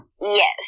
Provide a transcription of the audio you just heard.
Yes